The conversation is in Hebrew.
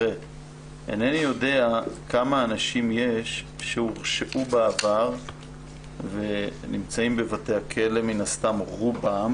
אינני יודע כמה אנשים יש שהורשעו בעבר ונמצאים בבתי הכלא מן הסתם רובם